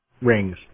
rings